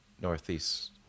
northeast